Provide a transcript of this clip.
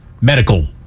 medical